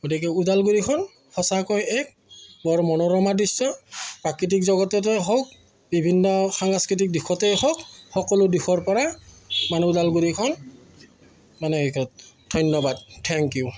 গতিকে ওদালগুৰিখন সঁচাকৈ এক বৰ মনোৰমা দৃশ্য প্ৰাকৃতিক জগততে হওক বিভিন্ন সাংস্কৃতিক দিশতেই হওক সকলো দিশৰ পৰা মানে ওদালগুৰিখন মানে ধন্যবাদ থেংক ইউ